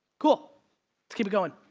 cool, let's keep it going.